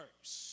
first